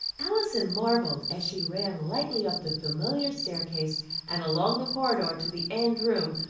alison marvelled as she ran lightly up the familiar staircase and along the corridor to the end room,